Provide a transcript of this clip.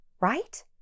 Right